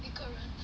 一个人